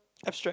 abstract